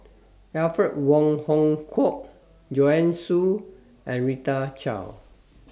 Alfred Wong Hong Kwok Joanne Soo and Rita Chao